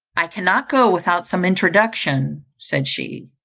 i cannot go without some introduction, said she,